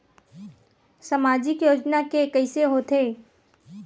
सामाजिक योजना के कइसे होथे?